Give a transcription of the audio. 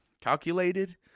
calculated